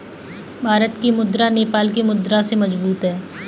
भारत की मुद्रा नेपाल की मुद्रा से मजबूत है